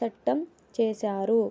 సట్టం చేశారు